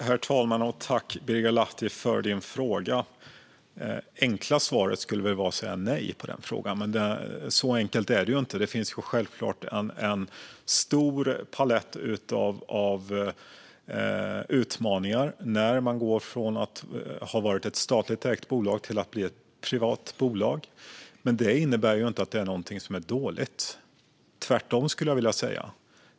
Herr talman! Tack, Birger Lahti, för din fråga! Det enkla svaret på den frågan skulle vara nej, men så enkelt är det ju inte. Det finns självklart en stor palett av utmaningar när ett bolag går från att ha varit statligt ägt till att bli privat. Det innebär inte att det är något som är dåligt - tvärtom, skulle jag vilja säga.